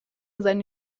seine